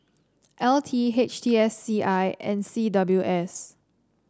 L T H T S C I and C W S